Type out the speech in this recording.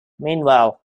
meanwhile